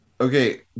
Okay